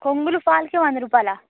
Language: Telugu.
కొంగులు ఫాల్స్ వంద రూపాయలా